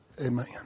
Amen